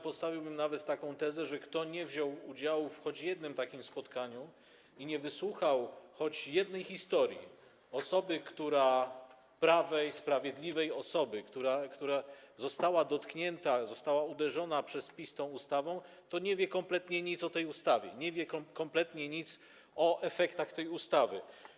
Postawiłbym nawet taką tezę, że kto nie wziął udziału w choć jednym takim spotkaniu, nie wysłuchał historii choć jednej osoby: prawej, sprawiedliwej osoby, która została dotknięta, została uderzona przez PiS tą ustawą, ten nie wie kompletnie nic o tej ustawie, nie wie kompletnie nic o efektach tej ustawy.